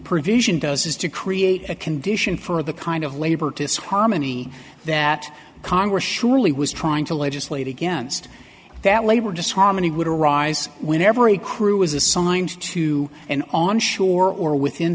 provision does is to create a condition for the kind of labor to saami that congress surely was trying to legislate against that labor disharmony would arise when every crew is assigned to an onshore or within